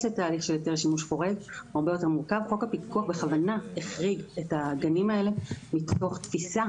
הפיקוח בכוונה החריג את הגנים האלה מתוך תפיסה